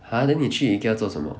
!huh! then 你去 Ikea 做什么